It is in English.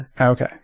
Okay